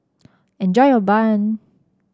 enjoy your bun